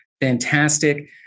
fantastic